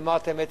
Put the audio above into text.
לומר את האמת,